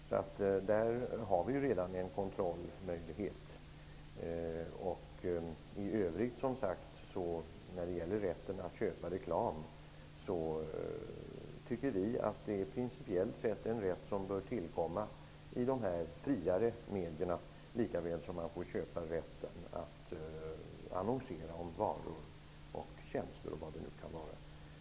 Så där har vi redan en kontrollmöjlighet. I övrigt när det gäller rätten att köpa reklamutrymme tycker vi att det principiellt sett är en rätt som bör tillkomma de fria medierna lika väl som man får köpa rätten att annonsera om varor, tjänster och vad det nu kan vara.